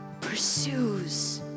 pursues